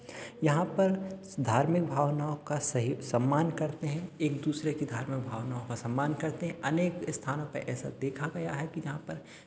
यहाँ पर धार्मिक भावनाओं का सही सम्मान करते हैं एक दूसरे की धार्मिक भावनाओं का सम्मान करते हैं अनेक स्थानों से ऐसा देखा गया है कि यहाँ पर